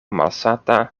malsata